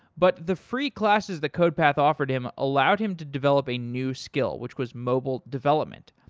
but the free classes that codepath offered him allowed him to develop a new skill, which was mobile development.